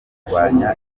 kurwanya